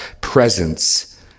presence